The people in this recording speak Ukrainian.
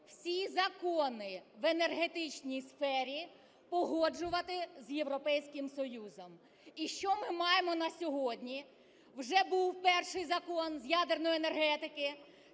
всі закони в енергетичній сфері погоджувати з Європейським Союзом. І що ми маємо на сьогодні? Вже був перший закон з ядерної енергетики,